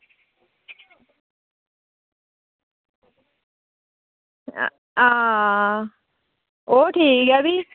आं ओह् ठीक ऐ भी